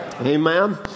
amen